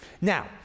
Now